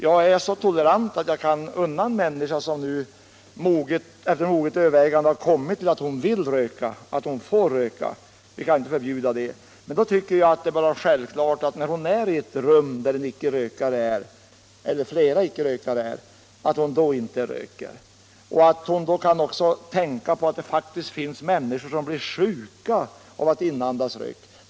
Jag är så tolerant att jag kan unna en människa som efter moget övervägande har kommit till slutsatsen att hon vill röka att också göra det — och det kan vi ju inte heller förbjuda — men jag tycker att det då också borde vara självklart att en rökare som befinner sig i ett rum tillsammans med icke-rökare inte bör röka där. Då bör den som röker tänka på att det faktiskt också finns människor som kan bli sjuka av att inandas tobaksrök!